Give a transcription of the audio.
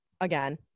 again